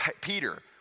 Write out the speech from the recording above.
Peter